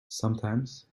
sometimes